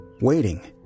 waiting